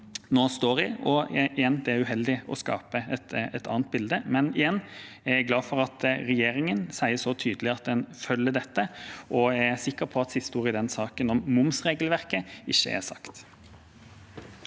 nå står i, og det er uheldig å skape et annet bilde. Men igjen: Jeg er glad for at regjeringen sier så tydelig at en følger dette, og jeg er sikker på at siste ord i saken om momsregelverket ikke er sagt.